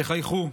תחייכו.